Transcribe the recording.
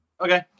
Okay